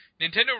Nintendo